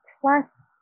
plus